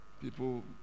people